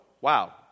Wow